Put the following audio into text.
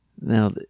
Now